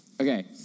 Okay